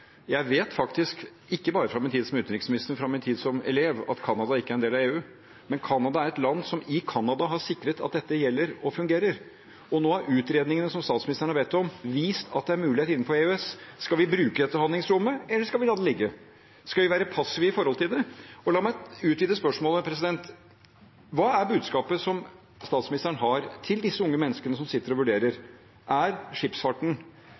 Jeg vet faktisk – ikke bare fra min tid som utenriksminister, men fra min tid som elev – at Canada ikke er en del av EU. Men Canada er et land som har sikret at dette gjelder og fungerer i Canada. Og nå har utredningene som statsministeren har bedt om, vist at det er en mulighet innenfor EØS. Skal vi bruke dette handlingsrommet, eller skal vi la det ligge? Skal vi være passive overfor det? La meg utvide spørsmålet. Hva er budskapet statsministeren har til disse unge menneskene som sitter og vurderer: Er skipsfarten,